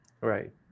Right